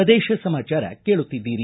ಪ್ರದೇಶ ಸಮಾಚಾರ ಕೇಳುತ್ತಿದ್ದೀರಿ